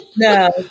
No